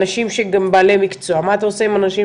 אנשים שהם גם בעלי מקצוע, מה אתה עושה עם אנשים